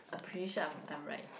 I'm pretty sure I'm I'm right